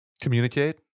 communicate